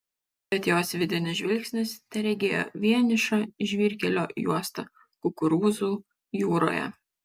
bet jos vidinis žvilgsnis teregėjo vienišą žvyrkelio juostą kukurūzų jūroje